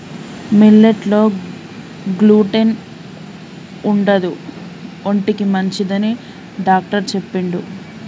millet లో gluten ఉండదు ఒంటికి మంచిదని డాక్టర్ చెప్పిండు